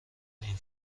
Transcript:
این